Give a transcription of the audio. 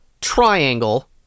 triangle